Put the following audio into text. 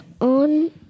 on